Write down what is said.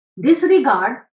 disregard